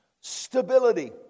stability